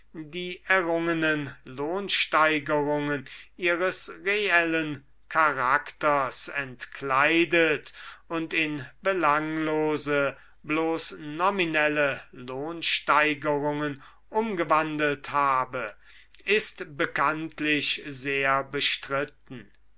die errungenen lohnsteigerungen ihres reellen charakters entkleidet und in belanglose bloß nominelle lohnsteigerungen umgewandelt habe ist bekanntlich sehr bestritten